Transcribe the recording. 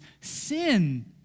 sin